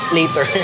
later